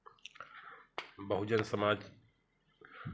Bahujan Samaj